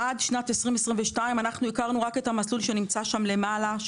עד שנת 2022 אנחנו הכרנו רק את המסלול שנמצא שם למעלה.